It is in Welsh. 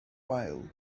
wael